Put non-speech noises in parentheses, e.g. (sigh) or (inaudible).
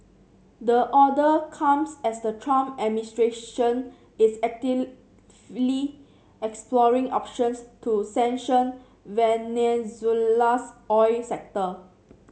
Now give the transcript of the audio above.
the order comes as the Trump administration is (unintelligible) exploring options to sanction Venezuela's oil sector